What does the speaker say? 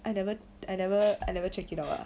I never I never I never check it out lah